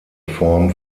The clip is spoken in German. form